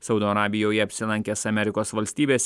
saudo arabijoje apsilankęs amerikos valstybės